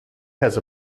has